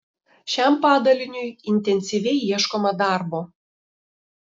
šiam padaliniui intensyviai ieškoma darbo